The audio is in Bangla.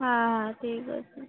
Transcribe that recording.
হ্যাঁ হ্যাঁ ঠিক আছে